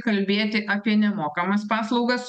kalbėti apie nemokamas paslaugas